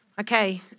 Okay